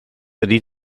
ydy